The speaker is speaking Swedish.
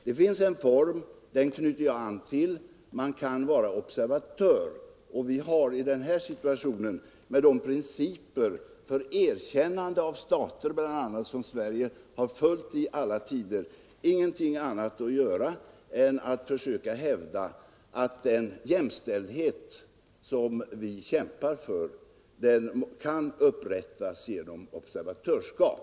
Det finns en form som jag knyter an till, nämligen att man kan vara observatör. I den här situationen har Sverige med de principer för erkännande av stater som vi följt i alla tider ingenting annat att göra än att försöka hävda att den jämställdhet som vi kämpar för kan uppnås genom observatörskap.